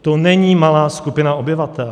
To není malá skupina obyvatel.